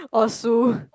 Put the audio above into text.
or sue